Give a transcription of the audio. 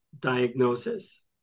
diagnosis